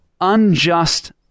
unjust